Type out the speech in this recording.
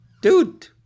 dude